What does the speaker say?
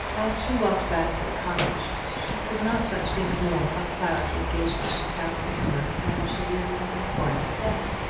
as she walked back to the cottage she could not but think more of clara's engagement to captain aylmer than she did of the squire's death.